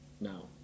now